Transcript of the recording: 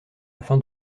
afin